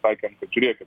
sakėm kad žiūrėkit